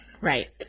Right